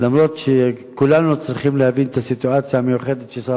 אף שכולנו צריכים להבין את הסיטואציה המיוחדת ששר